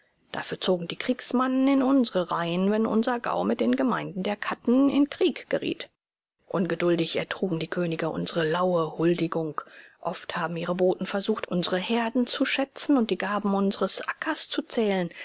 dafür zogen die königsmannen in unsere reihen wenn unser gau mit den gemeinden der katten in krieg geriet ungeduldig ertrugen die könige unsere laue huldigung oft haben ihre boten versucht unsere herden zu schätzen und die garben unseres ackers zu zählen